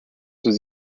was